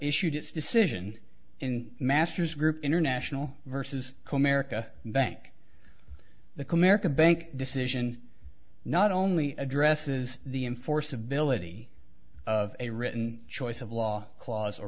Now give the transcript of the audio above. issued its decision in masters group international versus comerica bank the comerica bank decision not only addresses the enforceability of a written choice of law cla